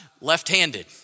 left-handed